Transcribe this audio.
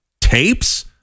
Tapes